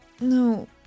No